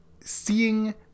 seeing